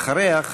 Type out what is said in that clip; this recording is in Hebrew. ואחריה,